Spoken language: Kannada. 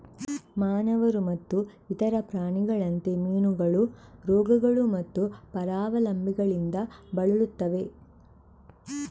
ಮಾನವರು ಮತ್ತು ಇತರ ಪ್ರಾಣಿಗಳಂತೆ, ಮೀನುಗಳು ರೋಗಗಳು ಮತ್ತು ಪರಾವಲಂಬಿಗಳಿಂದ ಬಳಲುತ್ತವೆ